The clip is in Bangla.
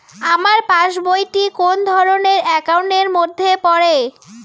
আমার পাশ বই টি কোন ধরণের একাউন্ট এর মধ্যে পড়ে?